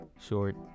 short